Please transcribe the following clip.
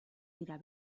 dira